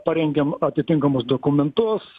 parengėm atitinkamus dokumentus